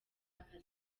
arsenal